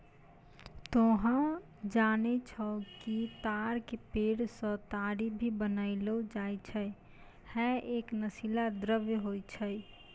तोहं जानै छौ कि ताड़ के पेड़ सॅ ताड़ी भी बनैलो जाय छै, है एक नशीला द्रव्य होय छै